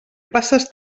passes